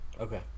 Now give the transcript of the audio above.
Okay